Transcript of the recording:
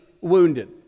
wounded